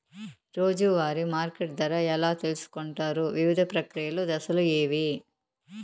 రోజూ వారి మార్కెట్ ధర ఎలా తెలుసుకొంటారు వివిధ ప్రక్రియలు దశలు ఏవి?